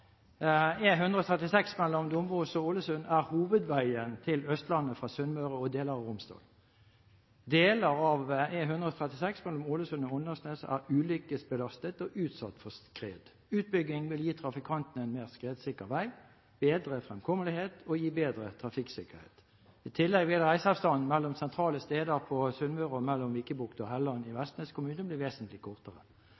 Østlandet fra Sunnmøre og deler av Romsdal. Deler av E136 – mellom Ålesund og Åndalsnes – er ulykkesbelastet og utsatt for skred. Utbygging vil gi trafikantene en mer skredsikker vei, bedre fremkommelighet og gi bedre trafikksikkerhet. I tillegg vil reiseavstanden mellom sentrale steder på Sunnmøre og mellom Vikebukt og Helland i